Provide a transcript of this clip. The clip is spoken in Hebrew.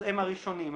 הם הראשונים.